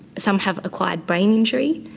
some have acquired brain injury,